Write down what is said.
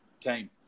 team